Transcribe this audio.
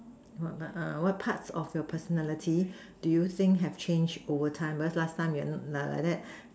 what err what type of your personality do you think have changed over time because last time you're like like that